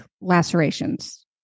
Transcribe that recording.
lacerations